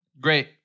Great